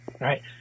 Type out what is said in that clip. right